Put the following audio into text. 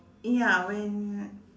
ya when